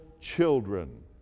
children